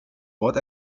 wort